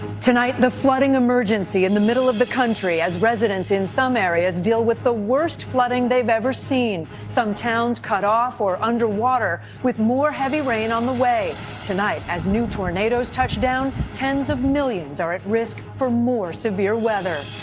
tonight, the flooding emergency in the middle of the country as residents in some areas deal with the worst flooding they have ever seen. some towns cut off or under water with more heavy rain on the way. tonight as new tornados touchdown, tens of millions are at risk for more severe weather.